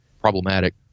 problematic